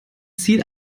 ziel